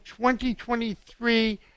2023